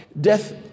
death